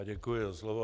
Děkuji za slovo.